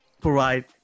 provide